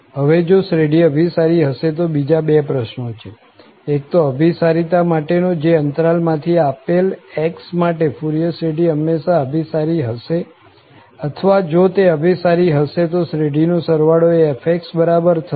હવે જો શ્રેઢી અભિસારી હશે તો બીજા બે પ્રશ્નો છે એક તો અભીસારિતા માટેનો જે અંતરાલ માંથી આપેલા x માટે ફુરિયર શ્રેઢી હંમેશા અભિસારી હશે અથવા જો તે અભિસારી હશે તો શ્રેઢીનો સરવાળો એ fx બરાબર થશે